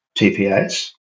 TPAs